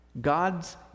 God's